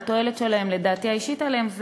לתועלת שלהן ולדעתי האישית עליהן,